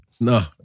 no